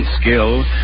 skill